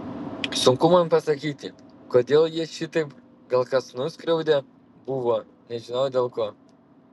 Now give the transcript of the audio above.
sunku man pasakyti kodėl jie šitaip gal kas nuskriaudę buvo nežinau dėl ko